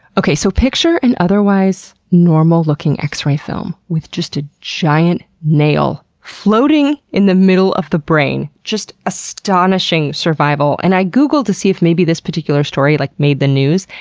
okay. so, picture an otherwise normal-looking x-ray film with just a giant nail floating in the middle of the brain. just astonishing survival. and i googled to see if maybe this particular story, like, made the news.